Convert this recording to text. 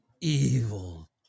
evil